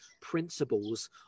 principles